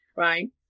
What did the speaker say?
Right